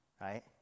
Right